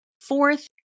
Fourth